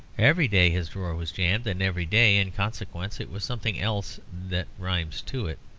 every day his drawer was jammed, and every day in consequence it was something else that rhymes to it.